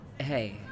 Hey